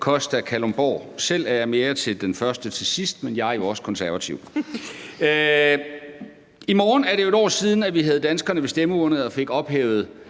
Costa Kalundborg; selv er jeg mere til den første i sidst ende, men jeg er jo også konservativ. I morgen er det jo 1 år siden, vi havde danskerne til stemmeurnerne og fik ophævet